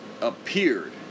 appeared